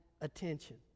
attention